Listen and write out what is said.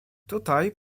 tutaj